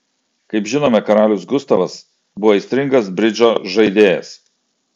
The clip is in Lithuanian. kaip žinome karalius gustavas buvo aistringas bridžo žaidėjas